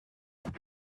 but